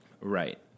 Right